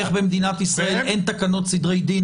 איך במדינת ישראל אין תקנות סדרי דין